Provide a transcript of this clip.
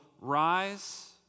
rise